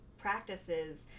practices